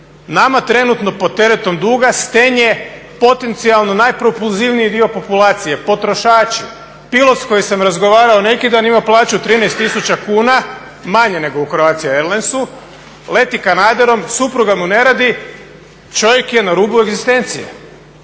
Nama trenutno pod teretom duga stenje potencijalno najpropulzivniji dio populacije, potrošači. Pilot s kojim sam razgovarao neki dan ima plaću 13 tisuća kuna, manje nego u Croatia Airlensu leti kanaderom, supruga mu ne radi, čovjek je na rubu egzistencije,